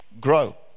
grow